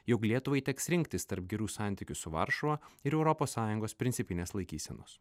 jog lietuvai teks rinktis tarp gerų santykių su varšuva ir europos sąjungos principinės laikysenos